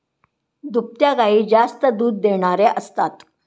दुभत्या गायी जास्त दूध देणाऱ्या असतात